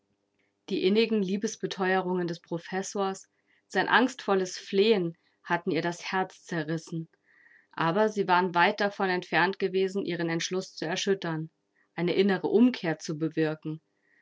die innigen liebesbeteuerungen des professors sein angstvolles flehen hatten ihr das herz zerrissen aber sie waren weit davon entfernt gewesen ihren entschluß zu erschüttern eine innere umkehr zu bewirken